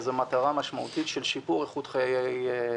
וזה מטרה משמעותית של שיפור איכות חיי האזרחים